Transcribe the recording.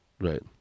Right